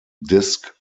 disk